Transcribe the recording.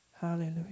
Hallelujah